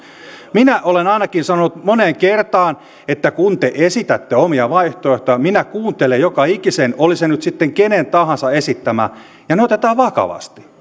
minä olen ainakin sanonut moneen kertaan että kun te esitätte omia vaihtoehtojanne minä kuuntelen joka ikisen oli se nyt sitten kenen tahansa esittämä ne otetaan vakavasti